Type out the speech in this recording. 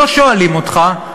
לא שואלים אותך,